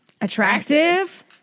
attractive